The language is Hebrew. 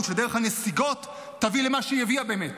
שדרך הנסיגות תביא למה שהיא הביאה באמת.